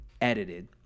edited